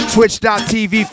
Twitch.tv